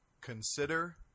Consider